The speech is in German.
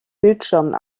bildschirmen